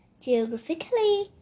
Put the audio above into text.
geographically